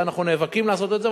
ואנחנו נאבקים לעשות את זה,